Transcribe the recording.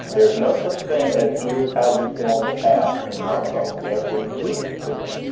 there's no such thing as here's how you form the past. in navajo, every verb is different.